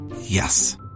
Yes